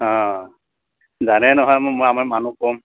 অঁ জানে নহয় মই মই আমাৰ মানুহ কম